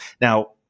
Now